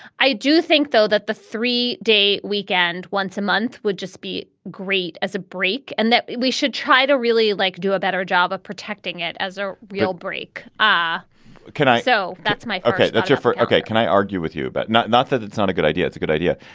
i do think, though, that the three day weekend, once a month would just be great as a break and that we should try to really like do a better job of protecting it as a real break. ah can i. so that's my okay. that's it yeah for. okay. can i argue with you. but not not that it's not a good idea. it's a good idea.